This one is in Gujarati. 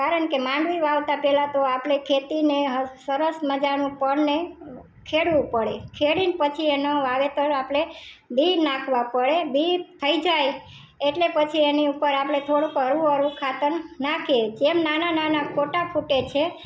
કારણકે માંડવી વાવતા પહેલા તો આપણે ખેતીને સરસ મજાનું પડને ખેડવું પડે ખેડીને પછી એનો વાવેતર આપણે બી નાંખવા પડે બી થઈ જાય એટલે પછી એની ઉપર આપણે થોડુંક હળવું હળવું ખાતર નાંખીએ જેમ નાના નાના કોટા ફૂટે છે